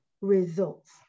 results